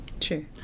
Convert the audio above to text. True